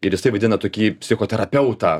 ir jisai vaidina tokį psichoterapeutą